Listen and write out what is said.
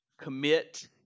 commit